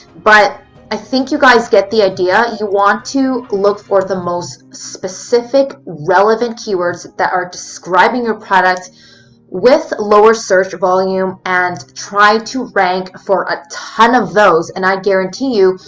but i think you guys get the idea, you want to look for the most specific relevant keywords that are describing your product with lower searched volume and try to rank for a ton of those and i guarantee you,